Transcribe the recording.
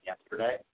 yesterday